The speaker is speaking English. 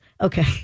Okay